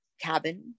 cabin